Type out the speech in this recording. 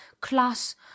class